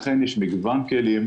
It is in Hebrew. ולכן יש מגוון כלים,